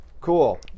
Cool